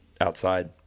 outside